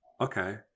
Okay